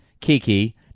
Kiki